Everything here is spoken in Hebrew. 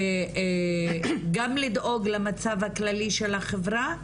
גם לדאוג למצב הכללי של החברה,